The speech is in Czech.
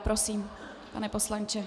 Prosím, pane poslanče.